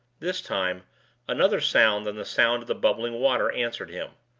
this time another sound than the sound of the bubbling water answered him.